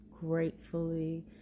gratefully